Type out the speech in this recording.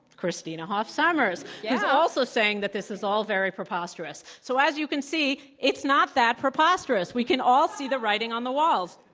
christina hoff sommers, who's yeah also saying that this is all very preposterous. so, as you can see, it's not that preposterous. we can all see the writing on the walls.